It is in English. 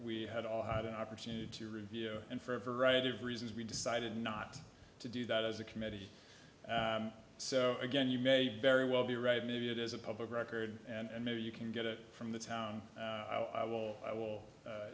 we had all had an opportunity to review and for a variety of reasons we decided not to do that as a committee so again you may very well be right maybe it is a public record and maybe you can get it from the town i will i will